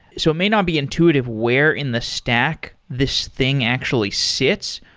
so it may not be intuitive where in the stack this thing actually sits.